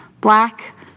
black